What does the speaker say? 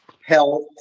Health